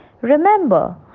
Remember